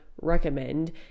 recommend